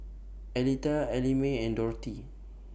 Aletha Ellamae and Dorthy